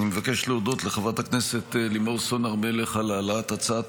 אני מבקש להודות לחברת הכנסת לימור סון הר מלך על העלאת הצעת